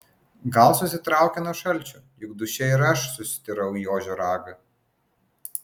gal susitraukė nuo šalčio juk duše ir aš sustirau į ožio ragą